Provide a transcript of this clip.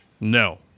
No